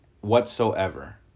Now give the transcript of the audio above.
whatsoever